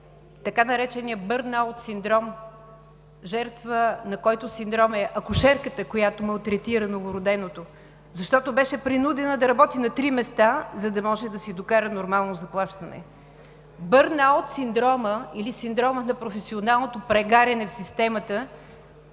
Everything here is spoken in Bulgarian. така наречения бърнаут синдром, на който синдром е жертва акушерката, която малтретира новороденото, защото беше принудена да работи на три места, за да може да си докара нормално заплащане. Бърнаут синромът или синдромът на професионалното прегаряне в системата